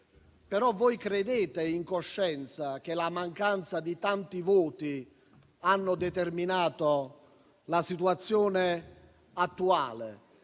Però credete in coscienza che la mancanza di tanti voti abbia determinato la situazione attuale?